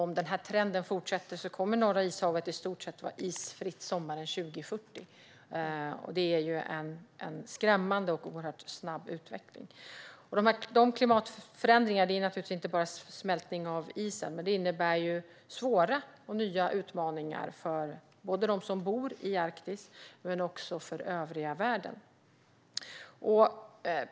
Om denna trend fortsätter kommer Norra ishavet i stort sett att vara isfritt sommaren 2040. Det är en skrämmande och oerhört snabb utveckling. Klimatförändringarna - det rör sig naturligtvis inte bara om att isen smälter - innebär svåra och nya utmaningar både för dem som bor i Arktis och för övriga världen.